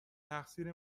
تقصیر